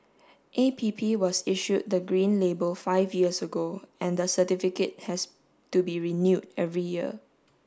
A P P was issued the green label five years ago and the certificate has to be renewed every year